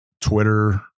Twitter